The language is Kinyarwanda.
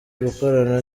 gukorana